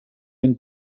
ben